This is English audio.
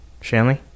Shanley